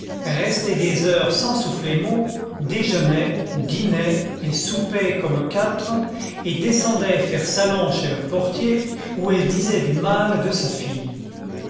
restait des heures sans souffler mot déjeunait dînait et soupait comme quatre et descendait faire salon chez le portier où elle disait du mal de sa fille